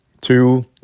Two